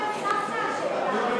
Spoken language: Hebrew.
השאלה, למה הפסקת?